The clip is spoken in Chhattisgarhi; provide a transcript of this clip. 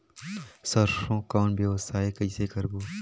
सरसो कौन व्यवसाय कइसे करबो?